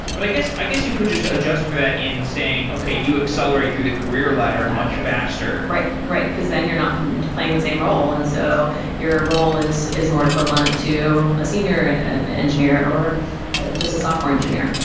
but i guess i guess you could just adjust for that in saying, okay, you accelerate through the career ladder much faster. right, right. because then you're not playing the same role. and so your ah role is is more equivalent to a senior engineer, or just a software engineer.